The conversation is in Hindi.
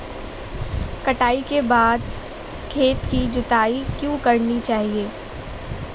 कटाई के बाद खेत की जुताई क्यो करनी चाहिए?